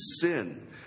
sin